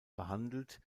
behandelt